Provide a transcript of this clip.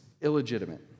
illegitimate